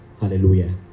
Hallelujah